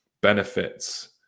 benefits